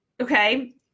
Okay